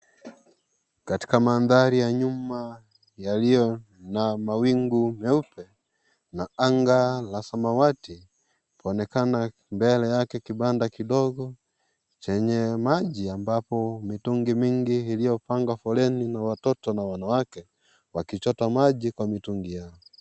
Katika mandhari ya nyuma yaliyo na mawingu meupe na anga la samawati kwaonekana mbele yake kibanda kidogo chenye maji ambapo mitungi mingi iliyopangwa foleni na watoto na wanawake wakichota maji kwa mitungi yao.